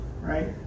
right